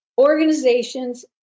organizations